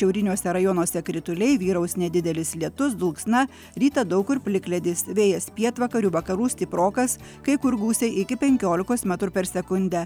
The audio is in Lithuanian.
šiauriniuose rajonuose krituliai vyraus nedidelis lietus dulksna rytą daug kur plikledis vėjas pietvakarių vakarų stiprokas kai kur gūsiai iki penkiolikos metrų per sekundę